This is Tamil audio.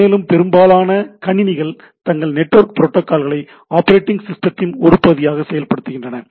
மேலும் பெரும்பாலான கணினிகள் தங்கள் நெட்வொர்க் புரோட்டோக்கால்களை ஆப்பரேட்டிங் சிஸ்ட்டத்தின் ஒரு பகுதியாக செயல்படுத்துகின்றன